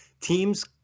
teams